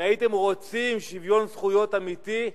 אם הייתם רוצים שוויון זכויות אמיתי,